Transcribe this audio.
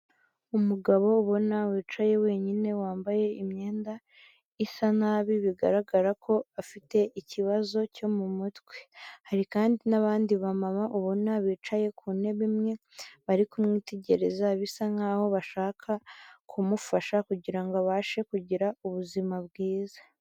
Umugabo ubona wicaye wenyine, wambaye imyenda isa nabi, bigaragara ko afite ikibazo cyo mu mutwe. Hari kandi n'abandi bamama ubona bicaye ku ntebe imwe, bari kumwitegereza bisa nkaho bashaka kumufasha kugira ngo abashe kugira ubuzima bwiza.